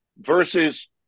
versus